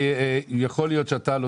יכול להיות שאתה לא